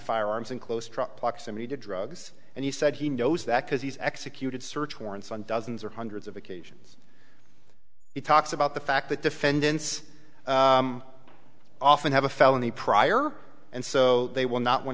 firearms in close truck proximity to drugs and he said he knows that because he's executed search warrants on dozens or hundreds of occasions he talks about the fact that defendants often have a felony prior and so they will not want